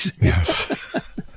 Yes